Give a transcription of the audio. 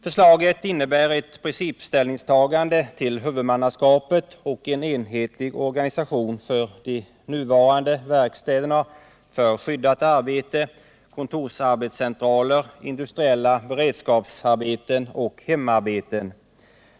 Förslaget innebär ett principställningstagande till huvudmannaskapet och en enhetlig organisation för de nuvarande verkstäderna för skyddat arbete, kontorsarbetscentraler, industriella beredskapsarbeten och hemarbeten.